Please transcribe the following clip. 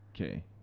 Okay